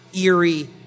eerie